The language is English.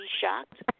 shocked